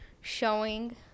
showing